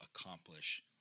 accomplish